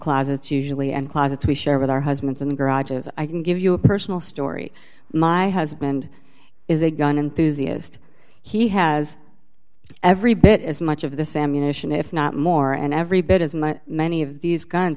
closets usually and closets we share with our husbands in the garage as i can give you a personal story my husband is a gun enthusiast he has every bit as much of this ammunition if not more and every bit as much many of these guns